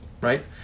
right